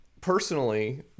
personally